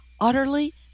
utterly